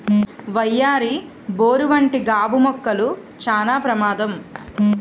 వయ్యారి బోరు వంటి గాబు మొక్కలు చానా ప్రమాదం